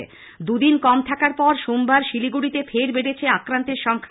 এদিকে দুদিন কম থাকার পর সোমবার শিলিগুড়িতে ফের বাড়লো আক্রান্তের সংখ্যা